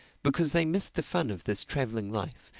because they missed the fun of this traveling life,